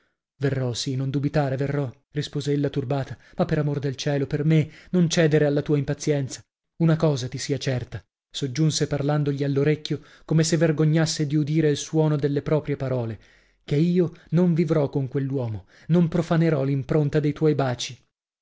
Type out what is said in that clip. verrò sì non dubitare verrò rispose ella turbata ma per amor del cielo per me non cedere alla tua impazienza una cosa ti sia certa soggiunse parlandogli all'orecchio come se vergognasse di udire il suono delle proprie parole che io non vivrò con quell'uomo non profanerò l'impronta dei tuoi baci